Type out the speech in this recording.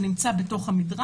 זה נמצא במדרג,